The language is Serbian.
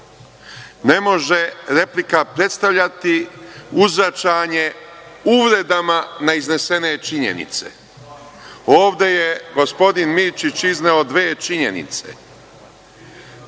Ne može replika predstavljati uzvraćanje uvredama na iznesene činjenice. Ovde je gospodin Mirčić izneo dve činjenice: